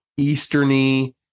easterny